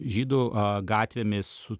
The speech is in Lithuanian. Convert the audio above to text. žydų gatvėmis su